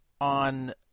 on